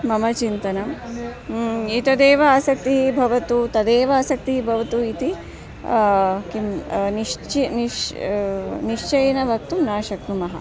मम चिन्तनम् एतदेव आसक्तिः भवतु तदेव आसक्तिः भवतु इति किं निश्चयं निश्चयं निश्चयेन वक्तुं न शक्नुमः